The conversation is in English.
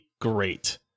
Great